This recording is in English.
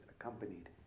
accompanied